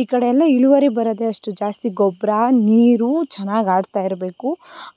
ಈ ಕಡೆಯಲ್ಲ ಇಳುವರಿ ಬರದೇ ಅಷ್ಟು ಜಾಸ್ತಿ ಗೊಬ್ಬರ ನೀರು ಚೆನ್ನಾಗಿ ಆಡ್ತಾಯಿರಬೇಕು